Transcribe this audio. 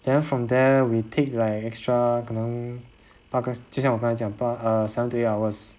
then from there we take like extra 可能大概就刚才我这样讲八 err seven to right hours